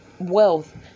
Wealth